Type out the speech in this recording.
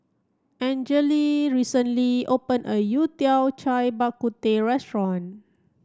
Angele recently open a Yao Tiao Cai Bak Kut Teh restaurant